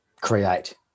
create